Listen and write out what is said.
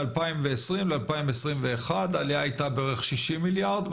מ-2020 ל-2021 העלייה הייתה בערך 60 מיליארד?